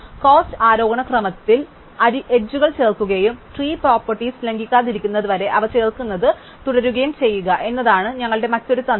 cost ആരോഹണ ക്രമത്തിൽ അരികുകൾ ചേർക്കുകയും ട്രീ പ്രോപ്പർട്ടീസ് ലംഘിക്കാതിരിക്കുന്നതുവരെ അവ ചേർക്കുന്നത് തുടരുകയും ചെയ്യുക എന്നതാണ് ഞങ്ങളുടെ മറ്റൊരു തന്ത്രം